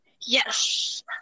Yes